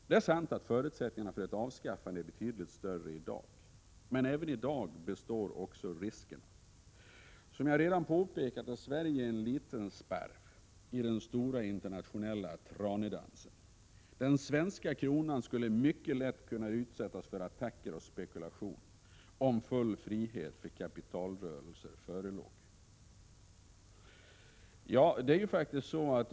Det är sant att förutsättningarna för ett avskaffande är betydligt större i dag, men även i dag består riskerna. Som jag redan påpekat är Sverige en liten sparv i den stora internationella tranedansen. Den svenska kronan skulle mycket lätt kunna utsättas för attacker och spekulation, om full frihet för kapitalrörelser förelåge.